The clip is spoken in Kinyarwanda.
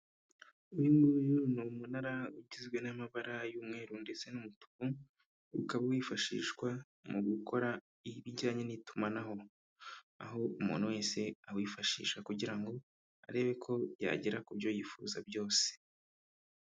Uyunguyu ni umunara ugizwe n'amabara y'umweru ndetse n'umutuku ukaba wifashishwa mu gukora ibijyanye n'itumanaho, aho umuntu wese awifashisha kugira ngo arebe ko yagera ku byo yifuza byose.